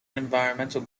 environmental